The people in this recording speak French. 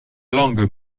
langue